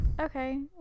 Okay